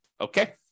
Okay